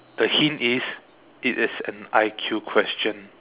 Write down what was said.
the hint is it is an I_Q question